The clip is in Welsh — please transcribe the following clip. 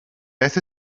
beth